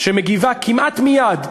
שמגיבה כמעט מייד,